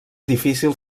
difícil